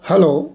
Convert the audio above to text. hello